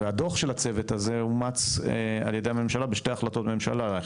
והדוח של הצוות הזה אומץ על ידי הממשלה בשתי החלטות ממשלה,